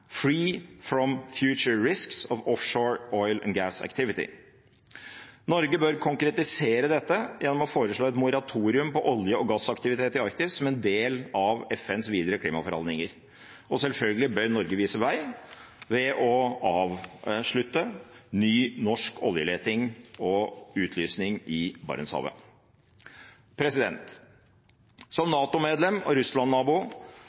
from the future risks of offshore oil and gas activity.» Norge bør konkretisere dette gjennom å foreslå et moratorium på olje- og gassaktivitet i Arktis som en del av FNs videre klimaforhandlinger. Og Norge bør selvfølgelig vise vei ved å avslutte ny norsk oljeleting og utlysning i Barentshavet. Som NATO-medlem og